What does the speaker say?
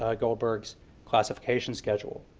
ah goldberg's classification schedule.